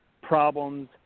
problems